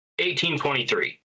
1823